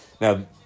now